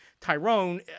Tyrone